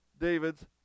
David's